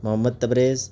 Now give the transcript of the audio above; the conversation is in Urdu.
محمد تبریز